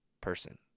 person